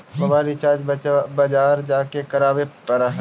मोबाइलवा रिचार्ज बजार जा के करावे पर है?